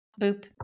Boop